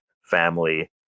family